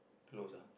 close ah